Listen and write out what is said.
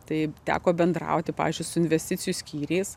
taip teko bendrauti pavyzdžiui su investicijų skyriais